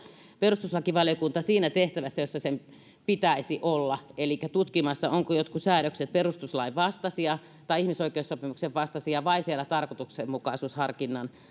perustuslakivaliokunta siinä tehtävässä jossa sen pitäisi olla elikkä tutkimassa ovatko jotkut säädökset perustuslain vastaisia tai ihmisoikeussopimuksen vastaisia vai siellä tarkoitusmukaisuusharkinnan